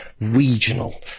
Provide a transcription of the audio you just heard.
regional